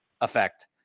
effect